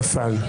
נפל.